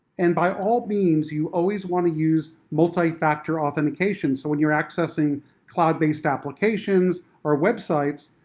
and by all means you always want to use multi-factor authentication, so when you're accessing cloud-based applications or websites,